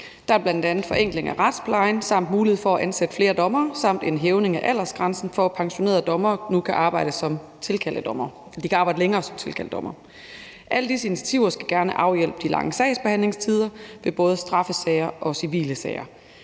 Der er bl.a. forenkling af retsplejen, mulighed for at ansætte flere dommere samt en hævning af aldersgrænsen, for at pensionerede dommere nu kan arbejde længere som tilkaldedommere. Alle disse initiativer skal gerne afhjælpe de lange sagsbehandlingstider ved både straffesager og civile sager.